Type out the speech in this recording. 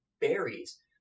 berries